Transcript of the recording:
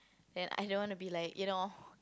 and I don't want to be like you know